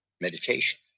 meditation